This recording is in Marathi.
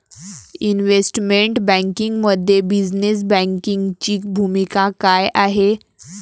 इन्व्हेस्टमेंट बँकिंगमध्ये बिझनेस बँकिंगची भूमिका काय आहे?